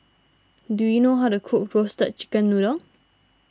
do you know how to cook Roasted Chicken Noodle